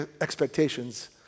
expectations